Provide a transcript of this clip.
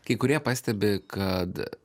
kai kurie pastebi kad